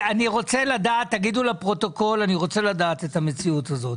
רוצה לדעת, תגידו לפרוטוקול, את המציאות הזאת.